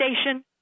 station